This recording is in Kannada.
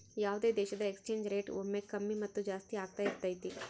ಯಾವುದೇ ದೇಶದ ಎಕ್ಸ್ ಚೇಂಜ್ ರೇಟ್ ಒಮ್ಮೆ ಕಮ್ಮಿ ಮತ್ತು ಜಾಸ್ತಿ ಆಗ್ತಾ ಇರತೈತಿ